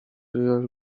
riel